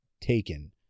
taken